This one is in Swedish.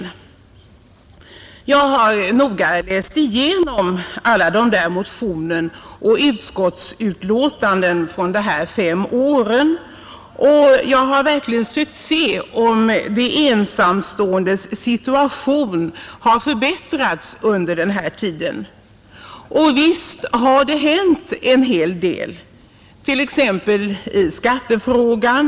Jag har noga läst igenom alla motionerna och utlåtandena från dessa fem år, och jag har verkligen försökt att se om de ensamståendes situation har förbättrats under denna tid. Och visst har det hänt en hel del, t.ex. i skattefrågan.